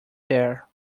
there